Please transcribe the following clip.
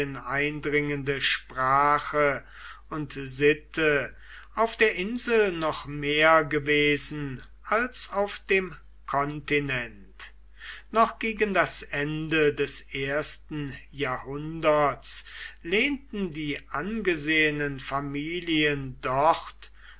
eindringende sprache und sitte auf der insel noch mehr gewesen als auf dem kontinent noch gegen das ende des ersten jahrhunderts lehnten die angesehenen familien dort